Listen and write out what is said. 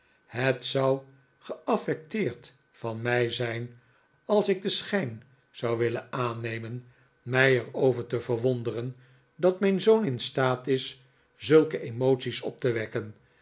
het zou geaffecteerd van mij zijn als ik den schijn zou willen aannemen mij er over te verwonderen dat mijn zoon in staat is zulke emoties op te wekken